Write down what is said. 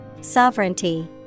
Sovereignty